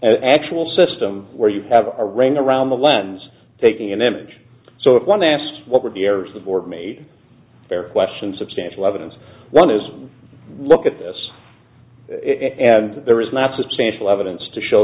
as actual system where you have a rain around the lens taking an image so if one asks what were the errors the board made their questions substantial evidence one is look at this and there is not substantial evidence to show